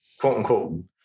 quote-unquote